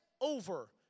over